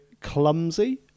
clumsy